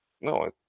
no